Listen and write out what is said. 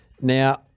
Now